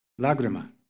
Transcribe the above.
Lagrima